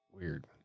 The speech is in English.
Weird